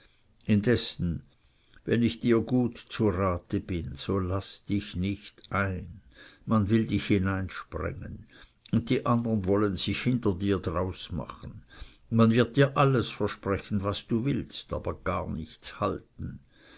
wenn ich dir gut zu rate bin so laß dich nicht ein man will dich hineinsprengen und die andern wollen sich hinter dir drausmachen man wird dir alles versprechen was du willst aber gar nichts halten